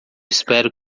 espero